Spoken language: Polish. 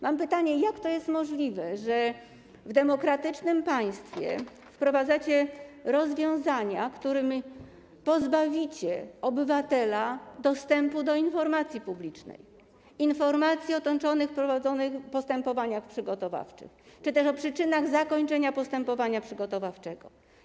Mam pytanie: Jak to jest możliwe, że w demokratycznym państwie wprowadzacie rozwiązania, w ramach których pozbawicie obywatela dostępu do informacji publicznej, informacji o toczonych, prowadzonych postępowaniach przygotowawczych czy też o przyczynach zakończenia postępowania przygotowawczego?